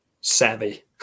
savvy